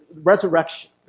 resurrection